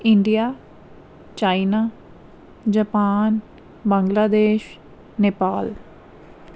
India China Japan Bangladesh Nepal